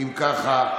אם כך,